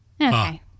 Okay